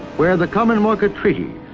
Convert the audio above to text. where the common market treaty,